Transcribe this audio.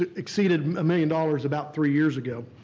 ah exceeded a million dollars about three years ago.